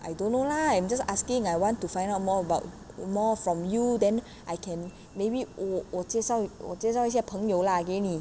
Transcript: I don't know lah I'm just asking I want to find out more about more from you then I can maybe 我我介绍我介绍一些朋友 lah 给你